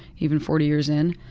even forty years in.